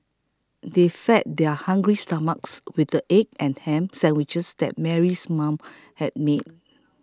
they fed their hungry stomachs with the egg and ham sandwiches that Mary's mother had made